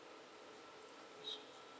so